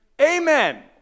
amen